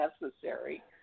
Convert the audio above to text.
necessary